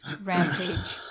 rampage